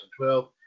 2012